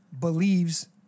believes